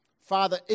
Father